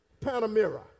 Panamera